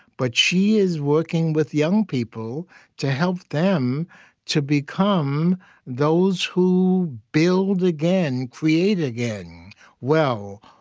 but she is working with young people to help them to become those who build again, create again well,